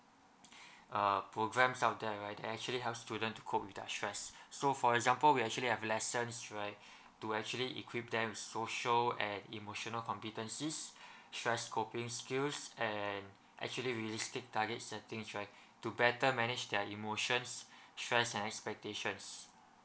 uh program out there right they actually help student to cope with their stress so for example we actually have lessons right to actually equip them with social and emotional competences stress coping skills and actually realistic target settings right to better manage their emotions stress and expectations